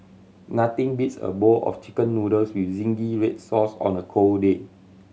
nothing beats a bowl of Chicken Noodles with zingy red sauce on a cold day